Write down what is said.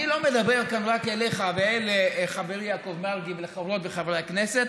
אני לא מדבר רק אליך ואל חברי יעקב מרגי ולחברות וחברי הכנסת,